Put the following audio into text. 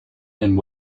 and